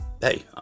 hey